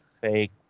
fake